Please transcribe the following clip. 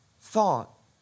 thought